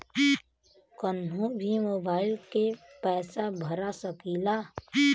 कन्हू भी मोबाइल के पैसा भरा सकीला?